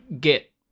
get